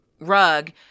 rug